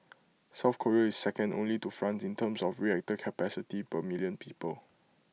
south Korea is second only to France in terms of reactor capacity per million people